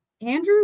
Andrew